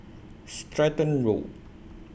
Stratton Road